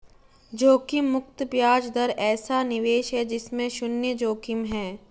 जोखिम मुक्त ब्याज दर ऐसा निवेश है जिसमें शुन्य जोखिम है